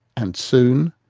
and soon,